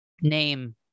name